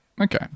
Okay